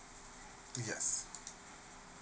yes